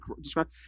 describe